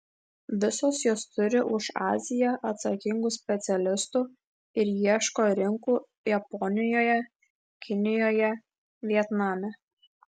visos jos turi už aziją atsakingų specialistų ir ieško rinkų japonijoje kinijoje vietname